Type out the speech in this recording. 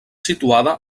situada